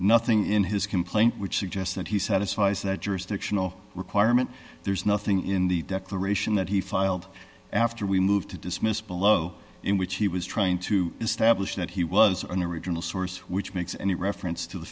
nothing in his complaint which suggests that he satisfies that jurisdictional requirement there's nothing in the declaration that he filed after we moved to dismiss below in which he was trying to establish that he was on the original source which makes any reference to the